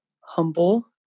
humble